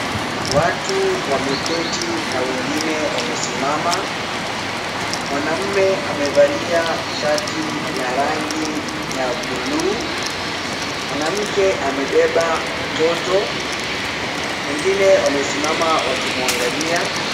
Watu wameketi na wengine wamesimama. Mwanamume amevalia shati la rangi ya blue . Mwanamke amebeba mtoto. Wengine wamesimama wakimuangalia.